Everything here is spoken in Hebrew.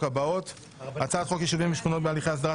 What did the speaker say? הבאות: 1. הצעת חוק יישובים ושכונות בהליכי הסדרה,